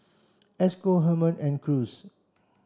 Esco Hermon and Cruz